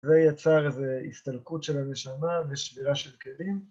זה יצר איזו הסתלקות של הרשמה ושבירה של כלים.